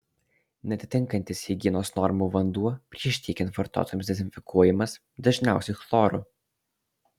neatitinkantis higienos normų vanduo prieš tiekiant vartotojams dezinfekuojamas dažniausiai chloru